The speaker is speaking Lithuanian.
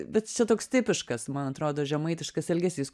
bet čia toks tipiškas man atrodo žemaitiškas elgesys